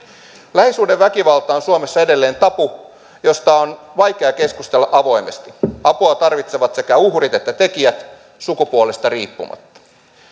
lähisuhdeväkivalta on suomessa edelleen tabu josta on vaikea keskustella avoimesti apua tarvitsevat sekä uhrit että tekijät sukupuolesta riippumatta